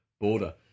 border